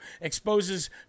Exposes